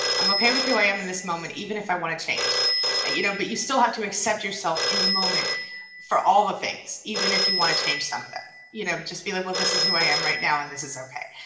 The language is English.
i'm okay with who i am in this moment, even if i want to change ah you know, but you still have to accept yourself in the moment for all the things, even if you want to change some of them you know just be like well this is who i am right now and this is okay,